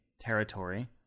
territory